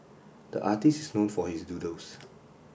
the artists is known for his doodles